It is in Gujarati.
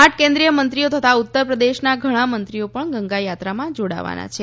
આઠ કેન્દ્રીય મંત્રીઓ તથા ઉત્તરપ્રદેશના ઘણા મંત્રીઓ પણ ગંગા યાત્રામાં જોડાવાના છે